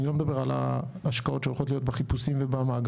אני לא מדבר על ההשקעות שהולכות להיות בחיפושים ובמאגרים,